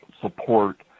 support